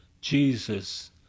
jesus